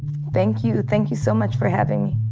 thank you. thank you so much for having